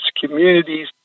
communities